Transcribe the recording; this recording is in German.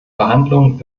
verhandlungen